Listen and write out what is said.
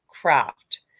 craft